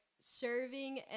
serving